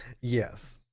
Yes